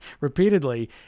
repeatedly